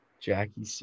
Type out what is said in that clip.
Jackie